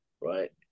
right